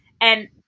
And-